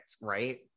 right